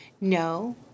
No